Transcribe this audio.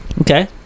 okay